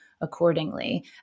accordingly